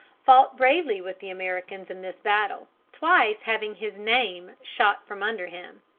fought bravely with the americans in this battle, twice having his name shot from under him.